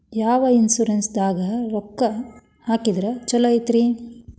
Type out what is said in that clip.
ಯಾವ ಇನ್ಶೂರೆನ್ಸ್ ದಾಗ ರೊಕ್ಕ ಹಾಕಿದ್ರ ಛಲೋರಿ?